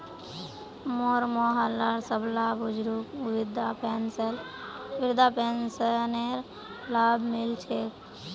मोर मोहल्लार सबला बुजुर्गक वृद्धा पेंशनेर लाभ मि ल छेक